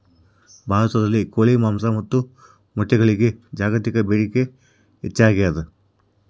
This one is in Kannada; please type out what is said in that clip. ಭಾರತದಲ್ಲಿ ಕೋಳಿ ಮಾಂಸ ಮತ್ತು ಮೊಟ್ಟೆಗಳಿಗೆ ಜಾಗತಿಕ ಬೇಡಿಕೆ ಹೆಚ್ಚಾಗ್ಯಾದ